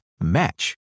match